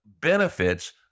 benefits